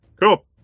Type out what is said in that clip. Cool